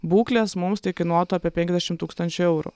būklės mums tai kainuotų apie penkiasdešimt tūkstančių eurų